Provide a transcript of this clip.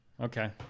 Okay